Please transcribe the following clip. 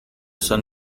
son